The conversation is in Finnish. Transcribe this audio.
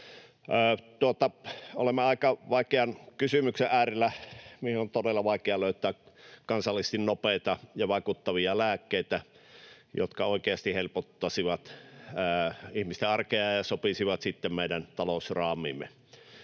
Olemme aika vaikean kysymyksen äärellä, mihin on todella vaikea löytää kansallisesti nopeita ja vaikuttavia lääkkeitä, jotka oikeasti helpottaisivat ihmisten arkea ja sopisivat sitten meidän talousraamiimme.